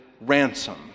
ransom